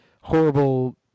horrible